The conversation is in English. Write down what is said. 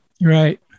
right